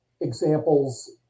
examples